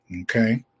Okay